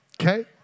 Okay